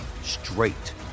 straight